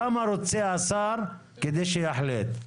כמה רוצה השר כדי שיחליט?